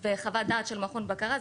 של מכון הבקרה,